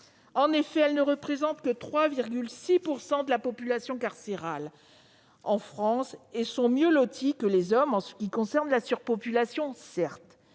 accroc. Elles ne représentent que 3,6 % de la population carcérale en France et sont mieux loties que les hommes, certes, en ce qui concerne la surpopulation.